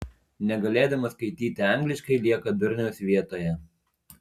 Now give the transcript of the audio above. negalėdamas skaityti angliškai lieka durniaus vietoje